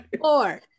four